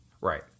Right